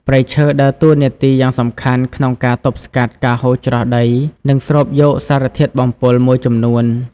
ព្រៃឈើដើរតួនាទីយ៉ាងសំខាន់ក្នុងការទប់ស្កាត់ការហូរច្រោះដី និងស្រូបយកសារធាតុបំពុលមួយចំនួន។